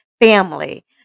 family